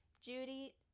Judy